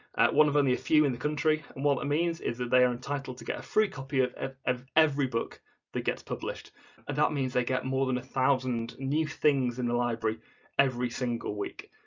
one of um only a few in the country and what that means is that they are entitled to get a free copy of and of every book that gets published and that means they get more than a thousand new things in the library every single week,